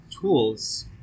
tools